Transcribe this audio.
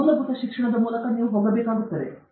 ನೀವು ಮೂಲಭೂತ ಶಿಕ್ಷಣದ ಮೂಲಕ ಹೋಗಬೇಕಾಗುತ್ತದೆ